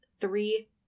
three